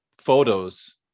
photos